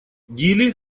дили